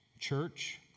church